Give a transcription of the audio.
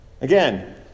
Again